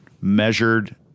measured